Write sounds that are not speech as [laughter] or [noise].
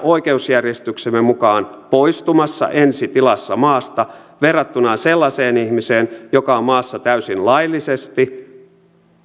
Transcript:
[unintelligible] oikeusjärjestyksemme mukaan poistumassa ensi tilassa maasta verrattuna sellaiseen ihmiseen joka on maassa täysin laillisesti